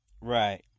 Right